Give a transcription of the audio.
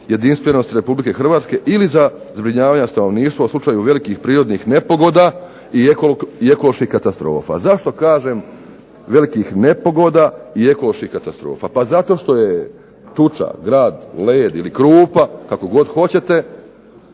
jedinstvenosti RH ili za zbrinjavanja stanovništva u slučaju velikih prirodnih nepogoda i ekoloških katastrofa." Zašto kažem velikih nepogoda i ekoloških katastrofa? Pa zato što je tuča, grad, led ili krupa kako god hoćete